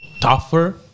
tougher